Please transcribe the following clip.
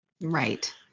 Right